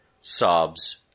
sobs